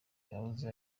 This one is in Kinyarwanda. yahoze